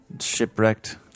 shipwrecked